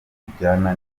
tujyana